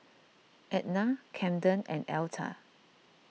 Ednah Camden and Elta